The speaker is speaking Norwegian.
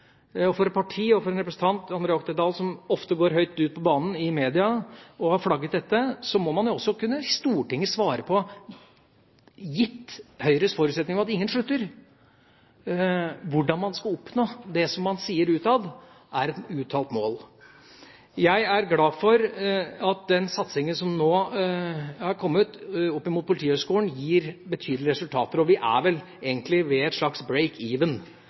media og flagger dette, må man jo også, gitt Høyres forutsetning om at ingen slutter, i Stortinget kunne svare på hvordan man skal oppnå det som man utad sier er et mål. Jeg er glad for at den satsingen som nå er kommet i forhold til Politihøgskolen, gir betydelige resultater, og vi er vel egentlig ved et slags «break even»